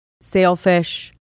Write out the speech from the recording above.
sailfish